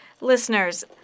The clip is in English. Listeners